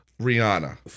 Rihanna